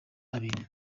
abiri